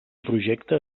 projecte